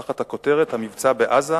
תחת הכותרת "המבצע בעזה,